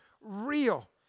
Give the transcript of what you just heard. real